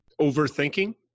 overthinking